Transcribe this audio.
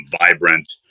vibrant